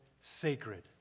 sacred